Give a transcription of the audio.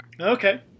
okay